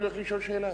אני הולך לשאול שאלה.